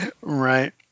Right